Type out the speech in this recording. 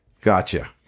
Gotcha